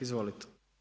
Izvolite.